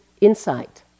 insight